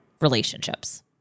relationships